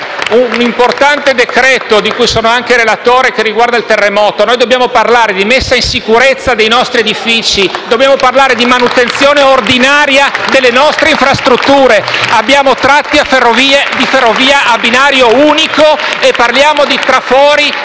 un importante decreto-legge, di cui sono anche relatore, che riguarda il terremoto. Dobbiamo parlare di messa in sicurezza dei nostri edifici; dobbiamo parlare di manutenzione ordinaria delle nostre infrastrutture. *(Applausi dai Gruppi M5S e* *L-SP)*. Abbiamo tratti di ferrovia a binario unico e parliamo di trafori